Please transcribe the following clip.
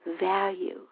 value